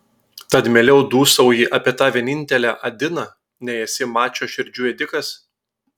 tad mieliau dūsauji apie tą vienintelę adiną nei esi mačo širdžių ėdikas